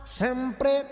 sempre